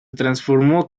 transformó